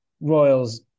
Royals